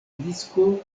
disko